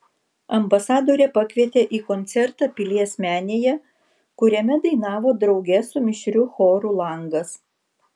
ambasadorė pakvietė į koncertą pilies menėje kuriame dainavo drauge su mišriu choru langas